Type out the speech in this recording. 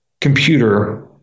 computer